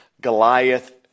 Goliath